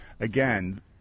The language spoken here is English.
again